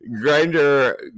Grinder